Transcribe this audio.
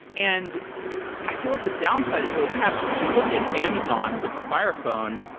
and i feel like the downside is really kept. you look at amazon with the fire phone.